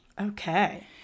Okay